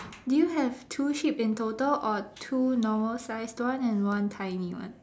do you have two sheep in total or two normal sized one and one tiny one